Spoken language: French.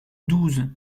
douze